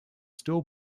still